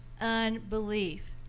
unbelief